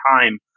time